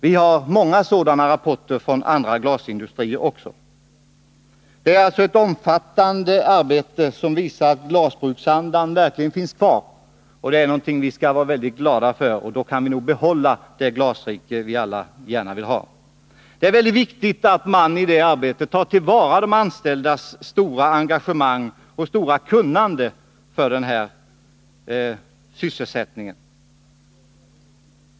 Vi har många sådana rapporter från andra glasindustrier också. Det är alltså ett omfattande arbete som visar att glasbruksandan verkligen finns kvar. Det är någonting vi skall vara mycket glada för — under sådana förhållanden kan vi nog behålla det ”glasrike” vi alla gärna vill ha. Det är väldigt viktigt att man i det arbetet tar till vara de anställdas kunnande och deras stora engagemang för sitt arbete.